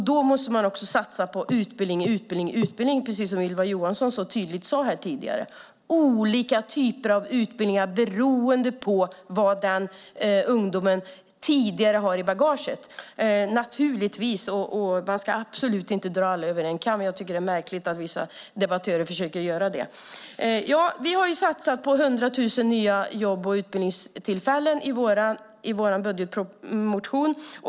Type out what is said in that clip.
Då måste man också satsa på utbildning, precis som Ylva Johansson sade tidigare. Det behövs naturligtvis olika typer av utbildning beroende på vad den unga har i bagaget. Man ska absolut inte dra alla över en kam. Jag tycker att det är märkligt att vissa debattörer gör det. Vi har satsat på 100 000 nya jobb och utbildningstillfällen i vår budgetmotion.